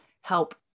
help